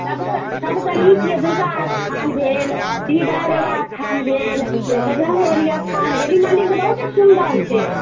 सभसँ सभसँ नीक यए दुर्गा स्थान भेल डीहवार बाबा स्थान भेल बजरङ्ग बली स्थान भेल ई मन्दिर तऽ बहुतेक सुन्दर छै